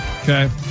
Okay